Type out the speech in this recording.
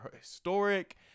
historic